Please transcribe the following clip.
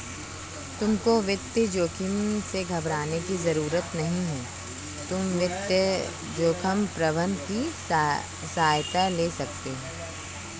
तुमको वित्तीय जोखिम से घबराने की जरूरत नहीं है, तुम वित्तीय जोखिम प्रबंधन की सहायता ले सकते हो